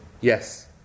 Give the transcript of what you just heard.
Yes